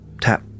tap